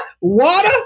water